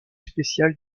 spécial